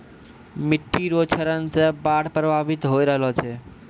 मिट्टी रो क्षरण से बाढ़ प्रभावित होय रहलो छै